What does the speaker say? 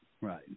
right